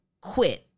quit